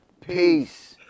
Peace